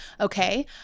Okay